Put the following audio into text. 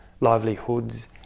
livelihoods